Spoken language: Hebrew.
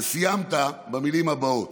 וסיימת במילים הבאות: